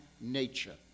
nature